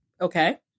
Okay